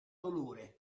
dolore